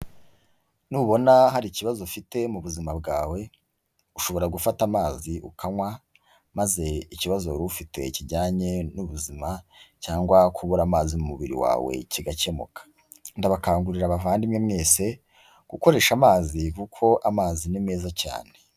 Nubona hari ikibazo ufite mu buzima bwawe, ushobora gufata amazi ukanywa, maze ikibazo wari ufite kijyanye n'ubuzima cyangwa kubura amazi mu mubiri wawe kigakemuka. Ndabakangurira bavandimwe mwese, gukoresha amazi, kuko amazi ni meza cyane.